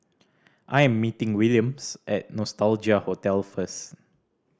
I am meeting Williams at Nostalgia Hotel first